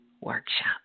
Workshop